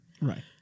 Right